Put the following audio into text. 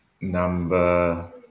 number